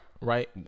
right